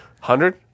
hundred